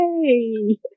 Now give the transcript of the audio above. Yay